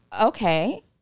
okay